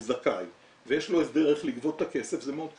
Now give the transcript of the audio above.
זכאי ויש לו הסדר איך לגבות את הכסף זה מאוד קל.